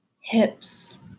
hips